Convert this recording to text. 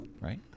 Right